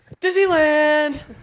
Disneyland